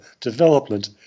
development